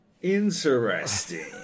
interesting